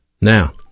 Now